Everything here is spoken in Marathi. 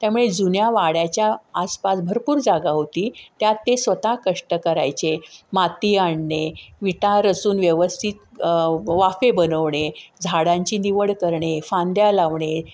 त्यामुळे जुन्या वाड्याच्या आसपास भरपूर जागा होती त्यात ते स्वतः कष्ट करायचे माती आणणे विटा रचून व्यवस्थित वाफे बनवणे झाडांची निवड करणे फांद्या लावणे